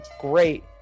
great